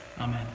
Amen